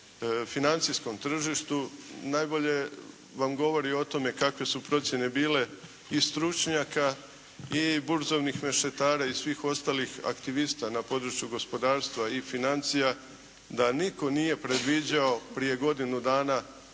financijskom tržištu najbolje vam govori o tome kakve su procjene bile i stručnjaka i burzovnih mešetara i svih ostalih aktivista na području gospodarstva i financija da nitko nije predviđao prije godinu dana